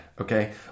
okay